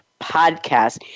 podcast